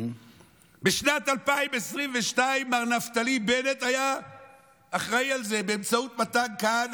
בשנת 2022 מר נפתלי בנט היה אחראי לזה באמצעות מתן כהנא,